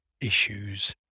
issues